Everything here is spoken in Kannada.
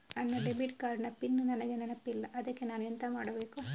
ನನ್ನ ಡೆಬಿಟ್ ಕಾರ್ಡ್ ನ ಪಿನ್ ನನಗೆ ನೆನಪಿಲ್ಲ ಅದ್ಕೆ ನಾನು ಎಂತ ಮಾಡಬೇಕು?